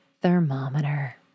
thermometer